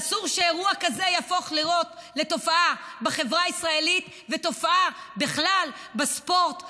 ואסור שאירוע כזה יהפוך לתופעה בחברה הישראלית ובכלל בספורט בעולם.